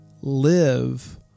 live